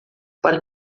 para